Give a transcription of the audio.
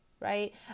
right